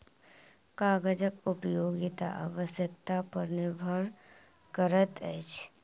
कागजक उपयोगिता आवश्यकता पर निर्भर करैत अछि